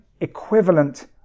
equivalent